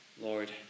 Lord